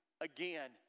again